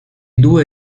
due